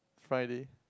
Friday